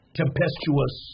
tempestuous